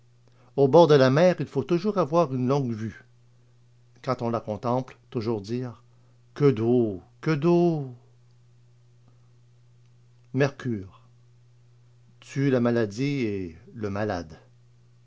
au bord de la mer il faut toujours avoir une longue vue quand on la contemple toujours dire que d'eau que d'eau mercure tue la maladie et le malade